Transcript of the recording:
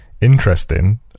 interesting